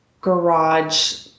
garage